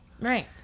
Right